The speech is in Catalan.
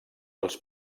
els